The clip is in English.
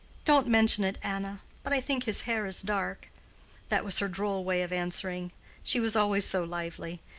don't mention it, anna but i think his hair is dark that was her droll way of answering she was always so lively.